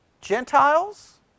Gentiles